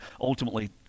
ultimately